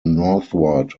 northward